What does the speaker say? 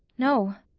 no,